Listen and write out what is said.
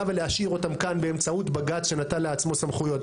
ולהשאיר אותם כאן באמצעות בג"ץ שנתן לעצמו סמכויות,